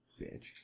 Bitch